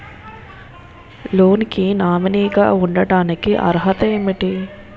Loan కి nominee గా ఉండటానికి అర్హత ఏమిటి?